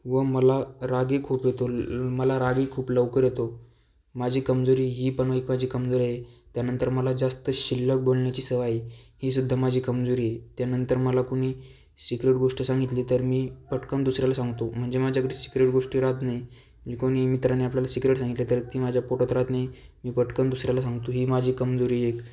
व मला रागही खूप येतो ल मला रागही खूप लवकर येतो माझी कमजोरी ही पण एक माझी कमजोरी आहे त्यांनतर मला जास्त शिल्लक बोलण्याची सवय आहे हीसुद्धा माझी कमजोरी आहे त्यांनतर मला कोणी सिक्रेट गोष्ट सांगितली तर मी पट्कन दुसऱ्याला सांगतो म्हणजे माझ्याकडे सिक्रेट गोष्ट राहात नाही मग कोणी मित्रानी आपल्याला सिक्रेट सांगितलं तर ती माझ्या पोटात राहत नाही मी पट्कन दुसऱ्याला सांगतो ही माझी कमजोरी आहे एक